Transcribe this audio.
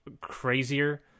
crazier